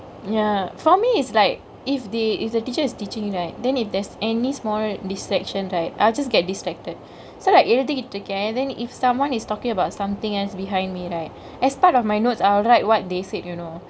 ya for me is like if the if the teacher is teachingk you right then if there is any small distraction right I'll just get distracted so like எழுதிகிட்டு இருக்கெ:ezhutikittu iruke then if someone is talkingk about somethingk else behind me right as part of my notes I'll write what they said you know